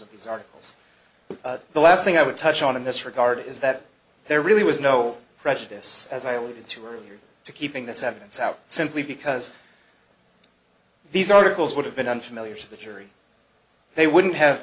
of these articles the last thing i would touch on in this regard is that there really was no prejudice as i alluded to earlier to keeping this evidence out simply because these articles would have been unfamiliar to the jury they wouldn't have